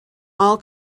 all